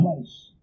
place